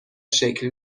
شکل